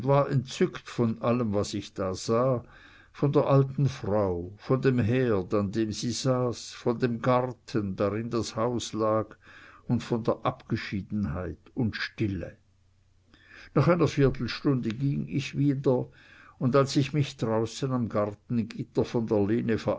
entzückt von allem was ich da sah von der alten frau von dem herd an dem sie saß von dem garten darin das haus lag und von der abgeschiedenheit und stille nach einer viertelstunde ging ich wieder und als ich mich draußen am gartengitter von der lene